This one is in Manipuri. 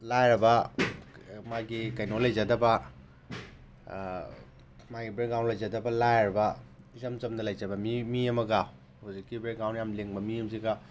ꯂꯥꯏꯔꯕ ꯃꯥꯒꯤ ꯀꯩꯅꯣ ꯂꯩꯖꯗꯕ ꯃꯥꯒꯤ ꯕꯦꯛꯒ꯭ꯔꯥꯎꯟ ꯂꯩꯖꯗꯕ ꯂꯥꯏꯔꯕ ꯏꯆꯝ ꯆꯝꯅ ꯂꯩꯖꯕ ꯃꯤ ꯃꯤ ꯑꯃꯒ ꯍꯧꯖꯤꯛꯀꯤ ꯕꯦꯛꯒ꯭ꯔꯥꯎꯟ ꯌꯥꯝ ꯂꯤꯡꯕ ꯃꯤ ꯑꯃꯁꯤꯒ